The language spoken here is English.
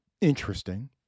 interesting